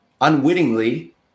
unwittingly